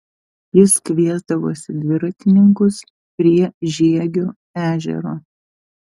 jis kviesdavosi dviratininkus prie žiegio ežero